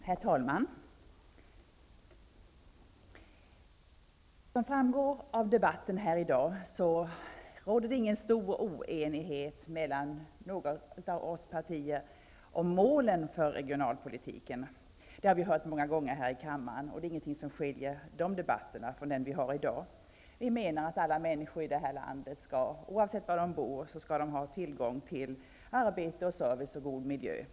Herr talman! Som framgår av debatten råder det ingen stor oenighet partierna om målen för regionalpolitiken. Det har vi hört många gånger i kammaren; ingenting skiljer de tidigare debatterna från den som vi för i dag. Vi menar att alla människor i det här landet skall, oavsett var de bor, ha tillgång till arbete, service och god miljö.